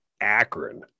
Akron